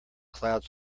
cloud